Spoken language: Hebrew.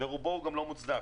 הוא גם לא מוצדק,